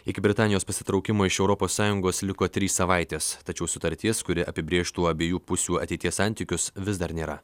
iki britanijos pasitraukimo iš europos sąjungos liko trys savaitės tačiau sutarties kuri apibrėžtų abiejų pusių ateities santykius vis dar nėra